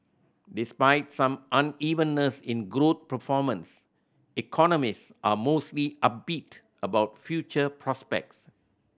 despite some unevenness in growth performance economist are mostly upbeat about future prospects